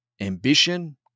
ambition